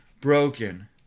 broken